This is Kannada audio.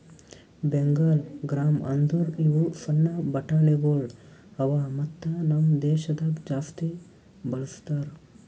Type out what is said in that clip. ಬೆಂಗಾಲ್ ಗ್ರಾಂ ಅಂದುರ್ ಇವು ಸಣ್ಣ ಬಟಾಣಿಗೊಳ್ ಅವಾ ಮತ್ತ ನಮ್ ದೇಶದಾಗ್ ಜಾಸ್ತಿ ಬಳ್ಸತಾರ್